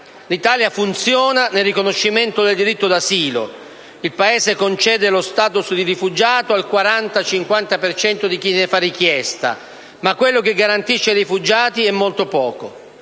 L'Italia funziona nel riconoscimento del diritto d'asilo. Il Paese concede lo *status* di rifugiato al 40-50 per cento di chi ne fa richiesta, ma quello che garantisce ai rifugiati è molto poco: